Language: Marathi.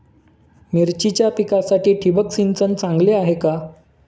मिरचीच्या पिकासाठी ठिबक सिंचन चांगले आहे का?